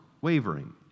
wavering